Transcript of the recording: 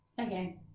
Okay